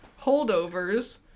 Holdovers